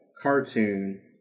Cartoon